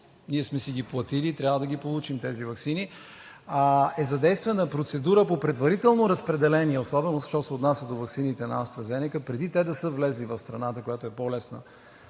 Ние сме си ги платили и трябва да получим тези ваксини. Задействана е процедура по предварително разпределение, особено що се отнася до ваксините на „Астра Зенека“, преди те да са влезли в страната, която е по-лесната